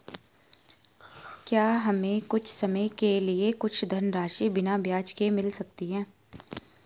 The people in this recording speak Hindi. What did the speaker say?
क्या हमें कुछ समय के लिए कुछ धनराशि बिना ब्याज के मिल सकती है?